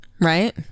right